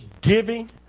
giving